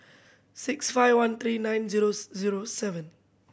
six five one three nine zeros zero seven